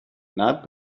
not